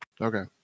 Okay